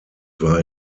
war